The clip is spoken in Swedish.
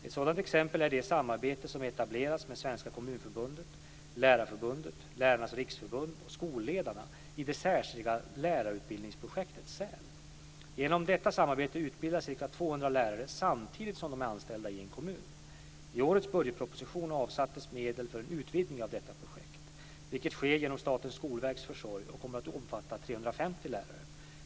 Ett sådant exempel är det samarbete som etablerats med Svenska kommunförbundet, Lärarförbundet, Lärarnas riksförbund och lärare samtidigt som de är anställda i en kommun. I årets budgetproposition avsattes medel för en utvidgning av detta projekt, vilken sker genom Statens skolverks försorg och kommer att omfatta 350 lärare.